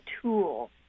tool